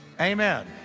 Amen